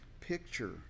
picture